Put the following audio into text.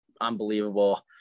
unbelievable